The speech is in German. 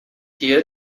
dir